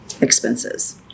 expenses